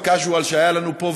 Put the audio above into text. ה-casual, שהיה לנו פה.